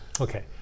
okay